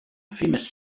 famous